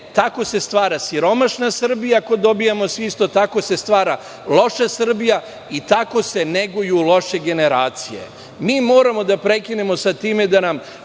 tako se stvara siromašna Srbija ako dobijamo svi isto, tako se stvara loša Srbija i tako se neguju loše generacije. Moramo da prekinemo sa time da nam